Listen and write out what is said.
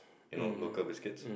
you know local biscuits